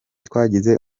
twagize